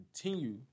continue